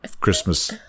Christmas